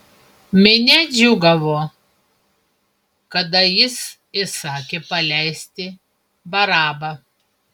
minia džiūgavo kada jis įsakė paleisti barabą